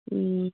ꯎꯝ